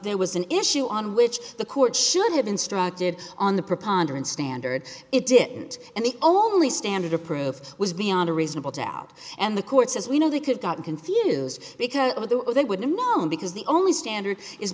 there was an issue on which the court should have instructed on the preponderance standard it didn't and the only standard of proof was beyond a reasonable doubt and the courts as we know they could got confused because they wouldn't know because the only standard is